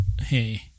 hey